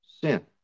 Sin